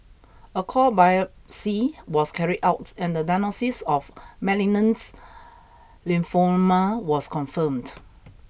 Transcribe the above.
a core biopsy was carried out and the diagnosis of malignant lymphoma was confirmed